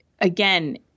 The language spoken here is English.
again